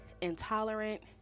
Intolerant